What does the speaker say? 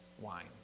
wine